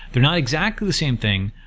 they're not exactly the same thing,